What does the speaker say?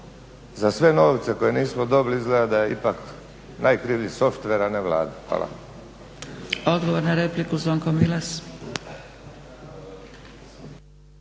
za sve novce koje nismo dobili izgleda da je ipak najkrivlji softver, a ne Vlada. Hvala.